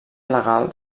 legal